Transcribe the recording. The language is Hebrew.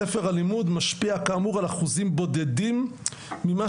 ספר הלימוד משפיע כאמור על אחוזים בודדים ממה